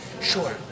sure